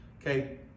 Okay